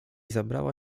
zabrała